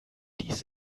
dies